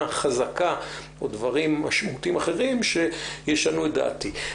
חזקה או דברים משמעותיים אחרים שישנו את דעתי.